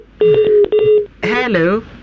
Hello